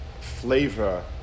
flavor